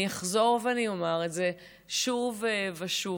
אני אחזור ואני אומר את זה שוב ושוב,